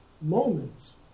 moments